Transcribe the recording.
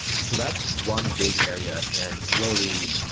so that's one big area, and slowly,